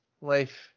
life